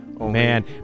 Man